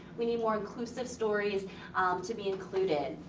we need more inclusive stories um to be included.